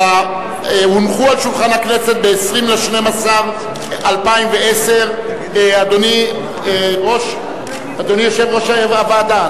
הם הונחו על שולחן הכנסת ב-20 בדצמבר 2010. אדוני יושב-ראש הוועדה,